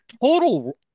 total